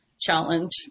challenge